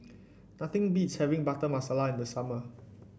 nothing beats having Butter Masala in the summer